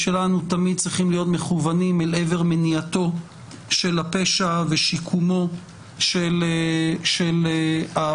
תמיד צריכים להיות מכוונים אל עבר מניעתו של הפשע ושיקומו של העבריין,